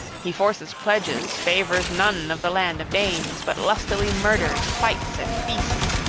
he forces pledges, favors none of the land of danes, but lustily murders, fights and feasts,